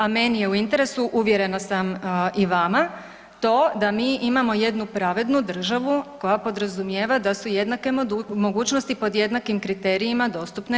A meni je u interesu, uvjerena sam i vama, to da mi imamo jednu pravednu državu koja podrazumijeva da su jednake mogućnosti pod jednakim kriterijima dostupne